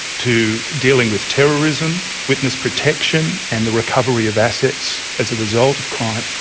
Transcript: to dealing with terrorism, witness protection and the recovery of assets as the result of crime.